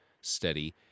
steady